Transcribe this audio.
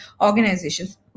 organizations